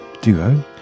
duo